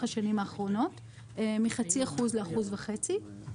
השנים האחרונות מחצי אחוז לאחוז וחצי.